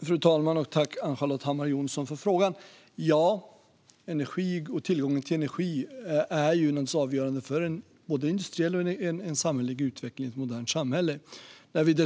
Fru talman! Tack, Ann-Charlotte Hammar Johnsson, för frågan! Energi och tillgången till energi är naturligtvis avgörande för både den industriella och den samhälleliga utvecklingen i ett modernt samhälle. När vi i Sverige